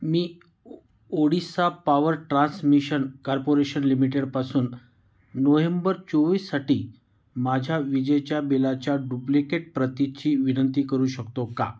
मी ओ Odisha power transmission corporation लिमिटेडपासून November चोवीससाठी माझ्या विजेच्या बिलाच्या डुप्लिकेट प्रतीची विनंती करू शकतो का